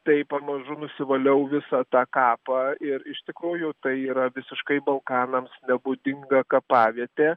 tai pamažu nusivaliau visą tą kapą ir iš tikrųjų tai yra visiškai balkanams nebūdinga kapavietė